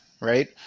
right